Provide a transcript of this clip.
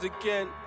Again